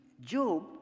Job